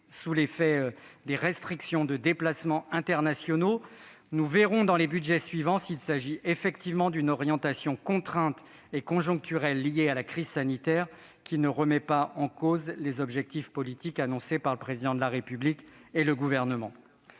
sous l'effet des restrictions appliquées aux déplacements internationaux. Nous verrons dans les budgets suivants s'il s'agit effectivement d'une orientation contrainte et conjoncturelle liée à la crise sanitaire, qui ne remet pas en cause les objectifs politiques annoncés par le Président de la République et le Gouvernement.